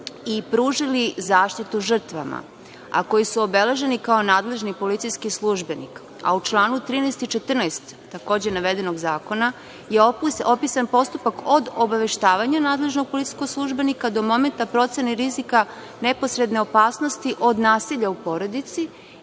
i pružili zaštitu žrtvama, a koji su obeleženi kao nadležni policijski službenik, a u čl. 13. i 14. navedenog zakona je opisan postupak od obaveštavanja nadležnog policijskog službenika do momente procene rizika neposredne opasnosti od nasilja u porodici